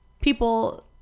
people